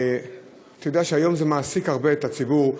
אתה יודע שהיום זה מעסיק הרבה את הציבור,